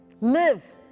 Live